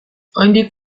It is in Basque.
oraindik